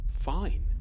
fine